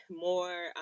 more